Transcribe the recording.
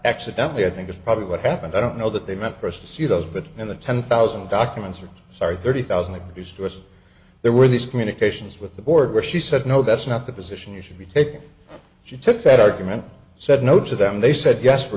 accidentally i think is probably what happened i don't know that they meant for us to see those but in the ten thousand documents or sorry thirty thousand that is to us there were these communications with the board where she said no that's not the position you should be taking she took that argument said no to them they said yes we